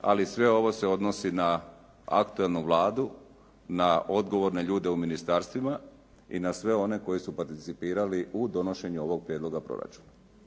ali sve ovo se odnosi na aktualnu Vladu, na odgovorne ljude u ministarstvima i na sve one koji su participirali u donošenju ovog prijedloga proračuna.